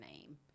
name